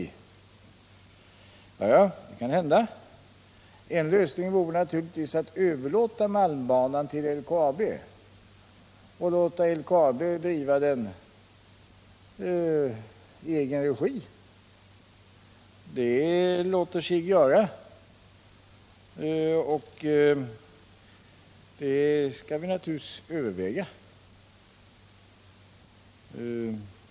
Ja, det kan hända. En lösning vore naturligtvis att överlåta malmbanan till LKAB och låta LKAB driva den i egen regi. Det låter sig göra, och det skall vi givetvis överväga.